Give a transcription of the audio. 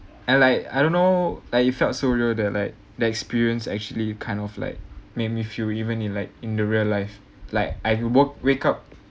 and like I don't know like you felt so real that like the experience actually kind of like make me feel even in like in the real life like I woke wake up